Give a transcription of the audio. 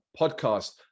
podcast